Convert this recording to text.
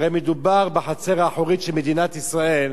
הרי מדובר בחצר האחורית של מדינת ישראל,